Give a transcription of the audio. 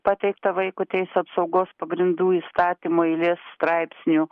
pateikta vaiko teisių apsaugos pagrindų įstatymo eilės straipsnių